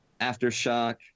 Aftershock